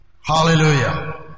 Hallelujah